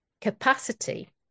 capacity